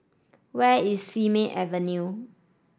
where is Simei Avenue